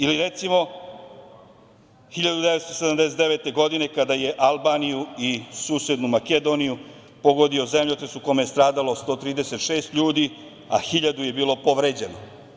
Ili recimo, 1979. godine kada je Albaniju i susednu Makedoniju pogodio zemljotres u kome je stradalo 136 ljudi, a hiljadu je bilo povređeno.